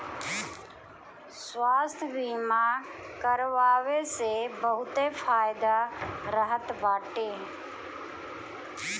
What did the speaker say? स्वास्थ्य बीमा करवाए से बहुते फायदा रहत बाटे